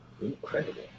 Incredible